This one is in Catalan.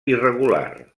irregular